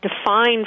define